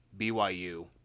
BYU